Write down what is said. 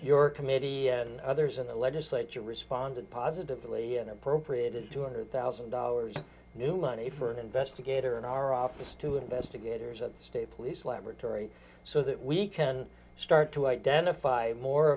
your committee and others in the legislature responded positively and appropriated two hundred thousand dollars of new money for an investigator in our office to investigators at the state police laboratory so that we can start to identify more